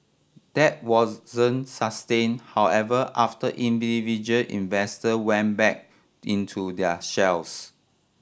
that wasn't sustained however after individual investor went back into their shells